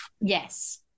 yes